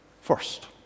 first